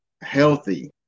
healthy